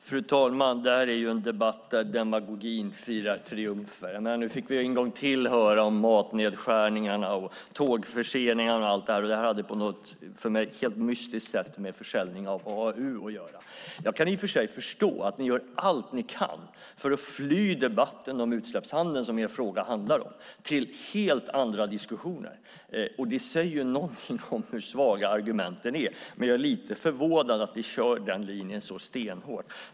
Fru talman! Det här är en debatt där demagogin firar triumfer. Nu fick vi än gång till höra om matnedskärningarna och tågförseningarna. De hade på något för mig helt mystiskt sätt att göra med AAU att göra. Jag kan i och för sig förstå att ni gör allt ni kan för att fly debatten om utsläppshandeln som er fråga handlar om till helt andra diskussioner. Det säger någonting om hur svaga argumenten är. Men jag är lite förvånad att ni kör den linjen så stenhårt.